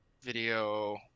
video